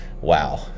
Wow